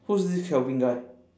who is this calvin guy